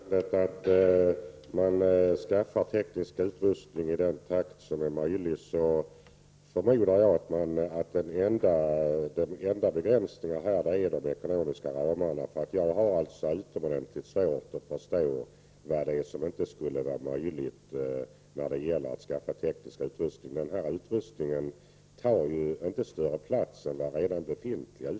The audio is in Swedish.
Herr talman! När det står i betänkandet att man skaffar teknisk utrustning i den takt som är möjlig, förmodar jag att den enda begränsningen är de ekonomiska ramarna. Jag har utomordentligt svårt att förstå varför det inte skulle vara möjligt att skaffa teknisk utrustning. Denna utrustning tar ju inte större plats än den redan befintliga.